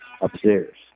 upstairs